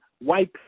White